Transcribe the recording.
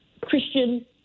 Christian